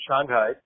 Shanghai